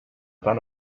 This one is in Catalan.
tan